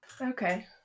Okay